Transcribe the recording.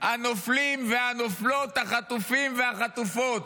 הנופלים והנופלות, החטופים והחטופות.